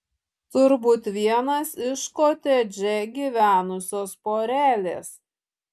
turbūt vienas iš kotedže gyvenusios porelės